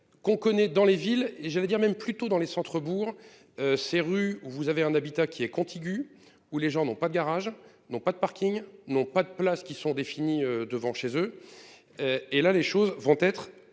qu'on connaît dans les villes et j'allais dire même plutôt dans les centre-bourgs ces rues où vous avez un habitat qui est contigu où les gens n'ont pas de garage, non pas de Parking non pas de places qui sont définis devant chez eux. Et là les choses vont être